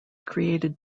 created